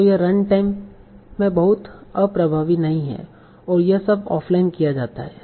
तो यह run time में बहुत अप्रभावी नहीं है और यह सब ऑफ़लाइन किया जाता है